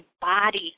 body